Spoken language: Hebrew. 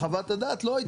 בחוות הדעת לא היית.